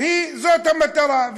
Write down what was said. זאת המטרה,